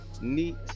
neat